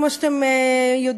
כמו שאתם יודעים,